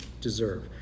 deserve